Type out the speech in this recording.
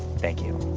thank you.